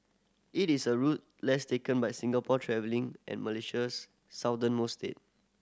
it is a route less taken by Singapore travelling and Malaysia's southernmost state